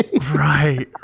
Right